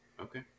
okay